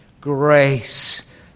grace